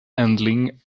handling